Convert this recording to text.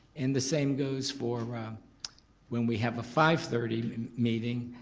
and the same goes for ah when we have a five thirty meeting.